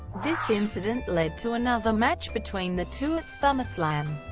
this incident led to another match between the two at summerslam,